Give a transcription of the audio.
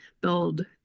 build